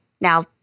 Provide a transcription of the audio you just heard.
Now